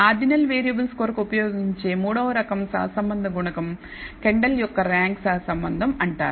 ordinal variables కొరకు ఉపయోగించే మూడవ రకం సహసంబంధ గుణకం కెండల్ యొక్క ర్యాంక్ సహసంబంధం అంటారు